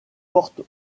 porte